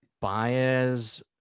Baez